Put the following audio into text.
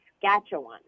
Saskatchewan